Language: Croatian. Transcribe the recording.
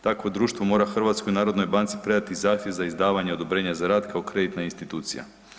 Takvo društvo mora HNB-u predati zahtjev za izdavanje odobrenja za rad kao kreditna institucija.